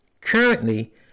Currently